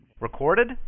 Recorded